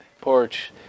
porch